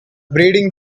breeding